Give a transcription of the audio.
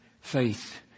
faith